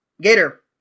Gator